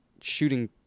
shooting